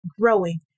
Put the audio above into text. growing